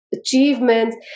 achievements